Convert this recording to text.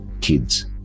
kids